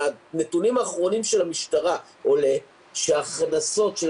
מהנתונים האחרונים של המשטרה עולה שההכנסות של